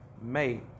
made